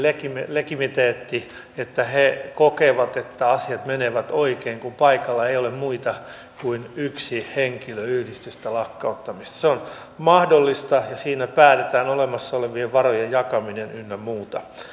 legitimiteetti että he kokevat että asiat menevät oikein kun paikalla ei ole muita kuin yksi henkilö yhdistystä lakkauttamassa se on mahdollista ja siinä päätetään olemassa olevien varojen jakaminen ynnä muuta